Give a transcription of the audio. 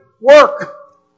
work